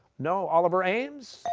no, oliver ames?